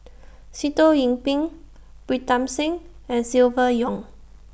Sitoh Yih Pin Pritam Singh and Silvia Yong